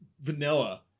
vanilla